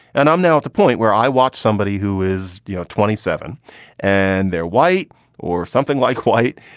and i'm now at the point where i watch somebody who is you know twenty seven and they're white or something like white,